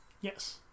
Yes